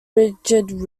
rigid